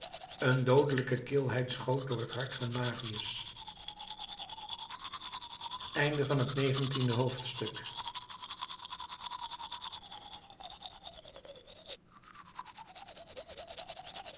een doodelijke kilheid schoot door het hart van marius twintigste hoofdstuk